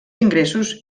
ingressos